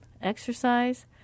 exercise